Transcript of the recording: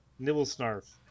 Nibblesnarf